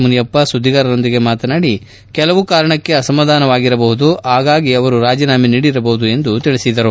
ಮುನಿಯಪ್ಪ ಸುದ್ದಿಗಾರರೊಂದಿಗೆ ಮಾತನಾಡಿ ಕೆಲವು ಕಾರಣಕ್ಕೆ ಅಸಮಾಧಾನವಾಗಿರಬಹುದು ಹಾಗಾಗಿ ಅವರು ರಾಜೀನಾಮೆ ನೀಡಿರಬಹುದು ಎಂದು ತಿಳಿಸಿದರು